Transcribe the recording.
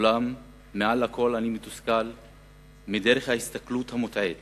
אולם מעל לכול אני מתוסכל מדרך ההסתכלות המוטעית,